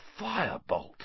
firebolt